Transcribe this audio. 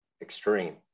extreme